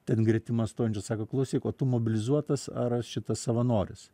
ten gretima stojančio sako klausyk o tu mobilizuotas ar šitas savanoris